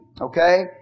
Okay